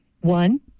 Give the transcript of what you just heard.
one